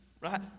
right